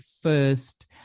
first